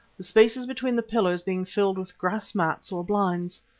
the spaces between the pillars being filled with grass mats or blinds.